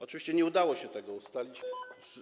Oczywiście nie udało się tego ustalić.